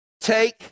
take